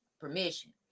permission